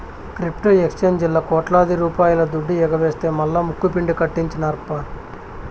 crypto ఎక్సేంజీల్లా కోట్లాది రూపాయల దుడ్డు ఎగవేస్తె మల్లా ముక్కుపిండి కట్టించినార్ప